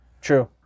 True